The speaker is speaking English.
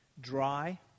Dry